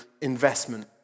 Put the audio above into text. investment